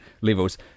levels